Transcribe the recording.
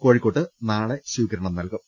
കോഴിക്കോട്ട് നാളെ സ്വീകരണം നൽകും